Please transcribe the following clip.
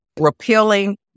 Repealing